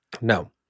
No